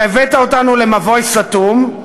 אתה הבאת אותנו למבוי סתום,